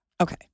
Okay